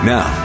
Now